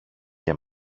και